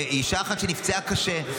אישה אחת שנפצעה קשה,